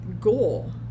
goal